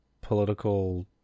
political